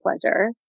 pleasure